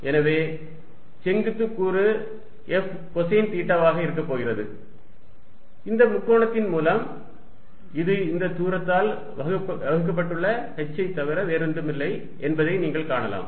எனவே செங்குத்து கூறு F கொசைன் தீட்டாவாக இருக்கப்போகிறது இந்த முக்கோணத்தின் மூலம் இது இந்த தூரத்தால் வகுக்கப்பட்டுள்ள h ஐ தவிர வேறொன்றுமில்லை என்பதை நீங்கள் காணலாம்